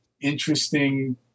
interesting